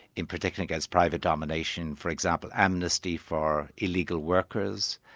in particular against private domination, for example, amnesty for illegal workers,